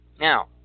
Now